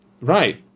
Right